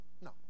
No